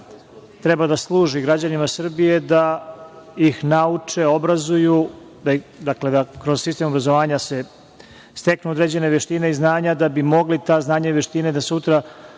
treba da služi građanima Srbije da ih nauče, obrazuju, dakle da se kroz sistem obrazovanja steknu određene veštine i znanja da bi mogli ta znanja i veštine sutra